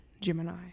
Gemini